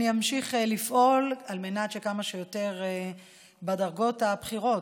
אני אמשיך לפעול על מנת שכמה שיותר ייכנסו לתפקידים בדרגות הבכירות,